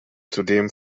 zudem